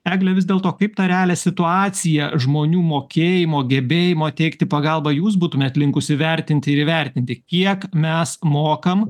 egle vis dėlto kaip tą realią situaciją žmonių mokėjimo gebėjimo teikti pagalbą jūs būtumėt linkusi vertinti ir įvertinti kiek mes mokam